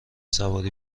سواری